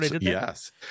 yes